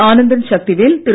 Anandan Sakthivel Thiru